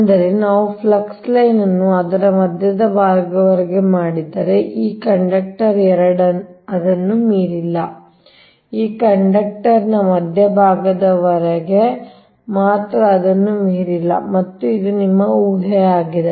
ಅಂದರೆ ನಾವು flux line ಅನ್ನು ಅದರ ಮಧ್ಯದವರೆಗೆ ಮಾಡಿದರೆ ಈ ಕಂಡಕ್ಟರ್ 2 ಅದನ್ನು ಮೀರಿಲ್ಲ ಈ ಕಂಡಕ್ಟರ್ ನ ಮಧ್ಯಭಾಗದವರೆಗೆ ಮಾತ್ರ ಅದನ್ನು ಮೀರಿಲ್ಲ ಮತ್ತು ಇದು ನಿಮ್ಮ ಊಹೆಯಾಗಿದೆ